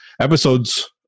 episodes